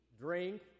drink